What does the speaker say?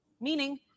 meaning